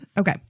Okay